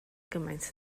gymaint